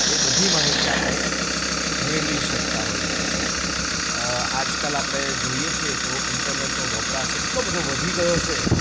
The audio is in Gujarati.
એ બધી માહિતી આપણે મેળવી શકતા હોઈએ છીએ આજકાલ આપણે જોઈએ છીએ તો ઈન્ટરનેટનો વપરાશ એટલો બધો વધી ગયો છે